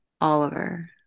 Oliver